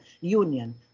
union